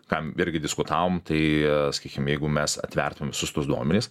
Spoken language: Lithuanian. kam irgi diskutavom tai sakykim jeigu mes atvertumėm visus tuos duomenis